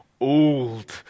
old